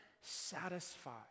satisfied